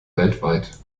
weltweit